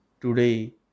Today